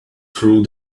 through